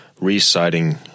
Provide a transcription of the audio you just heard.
reciting